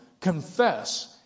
confess